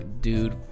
dude